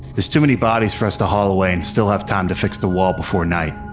there's too many bodies for to haul away and still have time to fix the wall before night.